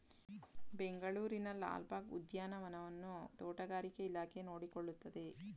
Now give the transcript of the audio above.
ಬೆಂಗಳೂರಿನ ಲಾಲ್ ಬಾಗ್ ಉದ್ಯಾನವನವನ್ನು ತೋಟಗಾರಿಕೆ ಇಲಾಖೆ ನೋಡಿಕೊಳ್ಳುತ್ತದೆ